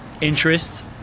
interest